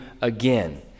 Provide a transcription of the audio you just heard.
again